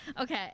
Okay